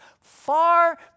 far